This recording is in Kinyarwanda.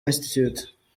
institute